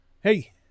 Hey